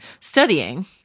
studying